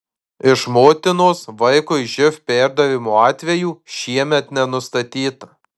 iš motinos vaikui živ perdavimo atvejų šiemet nenustatyta